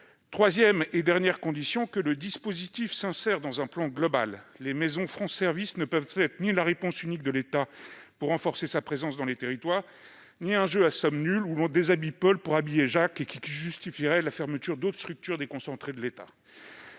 Troisième et dernière condition : que le dispositif s'insère dans un plan global. Les maisons France Services ne peuvent être ni la réponse unique de l'État pour renforcer sa présence dans les territoires ni un jeu à somme nulle où l'on déshabille Paul pour habiller Jacques et qui justifierait la fermeture d'autres structures déconcentrées de l'État.